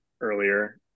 earlier